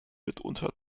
mitunter